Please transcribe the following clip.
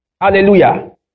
Hallelujah